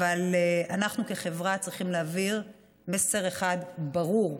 אנחנו כחברה צריכים להעביר מסר אחד ברור: